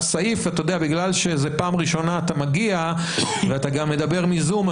בגלל שזו פעם ראשונה שאתה מגיע ואתה גם מדבר מזום,